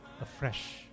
afresh